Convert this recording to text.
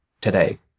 Today